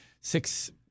six